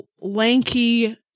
lanky